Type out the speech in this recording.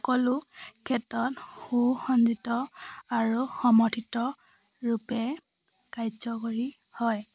সকলো ক্ষেত্ৰত সুসঞ্জিত আৰু সমৰ্থিত ৰূপে কাৰ্যকৰী হয়